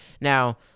Now